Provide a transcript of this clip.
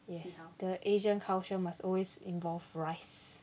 yes the asian culture must always involve rice